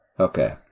okay